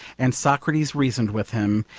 and socrates reasoned with him,